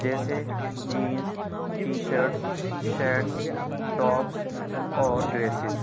جیسے jeans T shirts shirts tops اور dresses